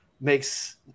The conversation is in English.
makes